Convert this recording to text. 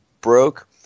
broke